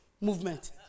movement